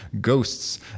ghosts